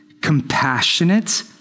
compassionate